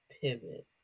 pivot